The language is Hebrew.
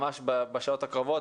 ממש בשעות הקרובות,